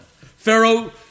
Pharaoh